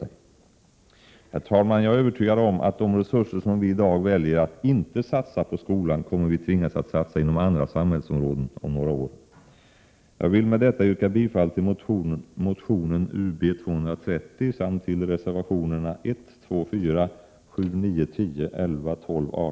Herr talman! Jag är övertygad om att de resurser som vi i dag väljer att inte satsa på skolan kommer vi tvingas att satsa inom andra samhällsorgan om några år.